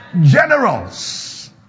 Generals